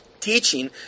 teaching